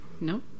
No